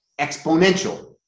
exponential